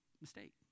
mistake